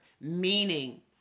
meaning